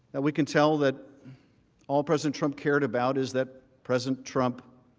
that we can tell that all president trump cared about is that president trump,